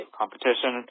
competition